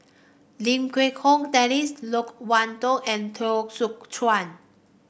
Lim Quee Hong Daisy Loke Wan Tho and Teo Soon Chuan